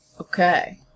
Okay